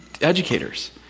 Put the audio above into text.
educators